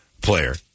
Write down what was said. player